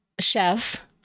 Chef